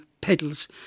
pedals